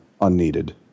unneeded